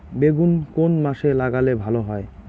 বেগুন কোন মাসে লাগালে ভালো হয়?